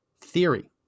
theory